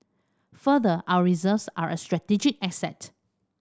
further our reserves are a strategic asset